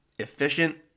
Efficient